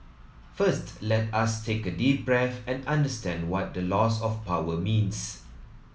first let us take a deep breath and understand what the loss of power means